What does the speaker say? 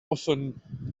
often